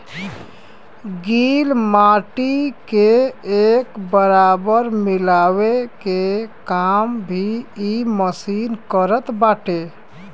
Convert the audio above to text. गिल माटी के एक बराबर मिलावे के काम भी इ मशीन करत बाटे